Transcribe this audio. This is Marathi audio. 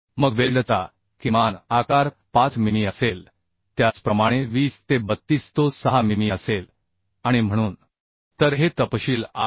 मग वेल्डचा किमान आकार 5 मिमी असेल त्याचप्रमाणे 20 ते 32 तो 6 मिमी असेल आणि म्हणून तर हे तपशील आय